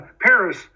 Paris